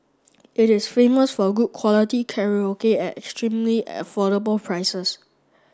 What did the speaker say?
it is famous for good quality karaoke at extremely affordable prices